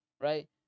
Right